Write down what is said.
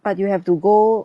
but you have to go